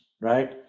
right